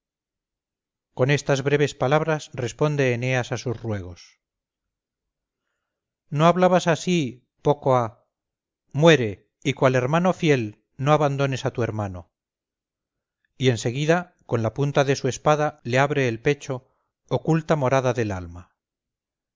con estas breves palabras responde eneas a sus ruegos no hablabas así poco ha muere y cual hermano fiel no abandones a tu hermano y en seguida con la punta de su espada le abre el pecho oculta morada del alma